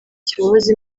kibabaza